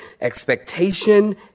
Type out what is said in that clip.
expectation